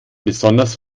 besonders